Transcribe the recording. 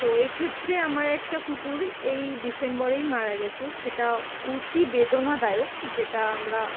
তো এক্ষেত্রে আমার একটা কুকুর এই ডিসেম্বরেই মারা গেছে সেটা অতি বেদনাদায়ক যেটা আমরা